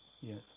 Yes